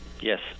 Yes